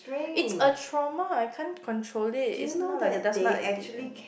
it's a trauma I can't control it it's not like the dust mite did any